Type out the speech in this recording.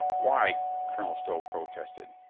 why, colonel stow protested,